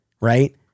right